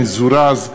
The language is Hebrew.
המזורז,